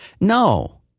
No